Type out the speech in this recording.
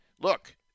look